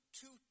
two